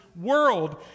world